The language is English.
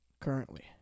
currently